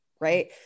right